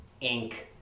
ink